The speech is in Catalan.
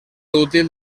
útil